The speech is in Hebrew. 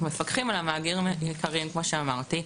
אנחנו מפקחים על המאגרים העיקרים, כמו שאמרתי,